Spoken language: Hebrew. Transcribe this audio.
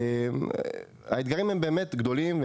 האתגרים הם באמת גדולים,